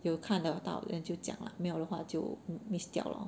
有看得到 then 就讲 lah 没有的话就 miss 掉 lor